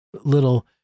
little